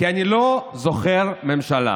כי אני לא זוכר ממשלה